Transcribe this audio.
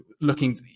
looking